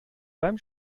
beim